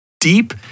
deep